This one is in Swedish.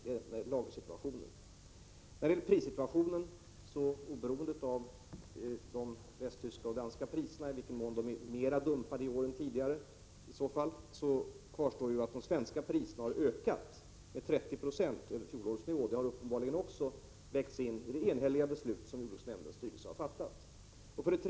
Beträffande prissituationen kan jag säga att oberoende av i vilken mån de västtyska och danska priserna är mer dumpade i år än tidigare kvarstår att de svenska priserna har ökat med 30 96 över fjolårets nivå. Det har uppenbarligen vägts in i det enhälliga beslut som jordbruksnämndens styrelse har fattat.